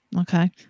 Okay